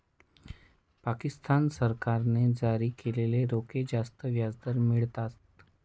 पाकिस्तान सरकारने जारी केलेले रोखे जास्त व्याजदर मिळवतात